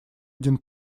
один